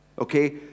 okay